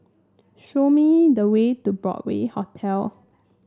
show me the way to Broadway Hotel